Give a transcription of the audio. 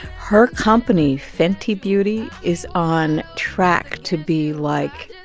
her company, fenty beauty, is on track to be, like,